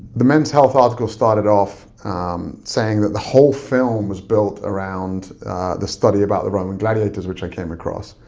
the men's health article started off saying that the whole film was built around the study about the roman gladiators, which i came across.